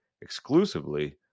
exclusively